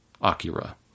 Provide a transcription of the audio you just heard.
Akira